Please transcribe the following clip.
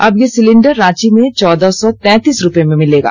अब ये सिलिण्डर रांची में चौदह सौ तैंतीस रूपये में मिलेगा